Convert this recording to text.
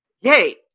Yay